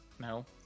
No